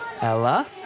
Ella